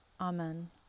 Amen